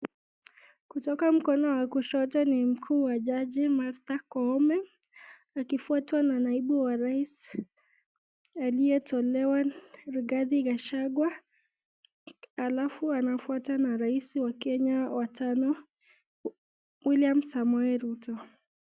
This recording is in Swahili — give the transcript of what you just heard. Kutoka mkono wa kushoto ni mkuu wa jaji Martha Koome, akifuatwa na naibu wa rais aliyetolewa Rigathi Gachagua halafu anafuatwa na rais wa kenya wa tano William Samoei Ruto.